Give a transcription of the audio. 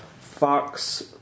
Fox